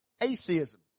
Atheism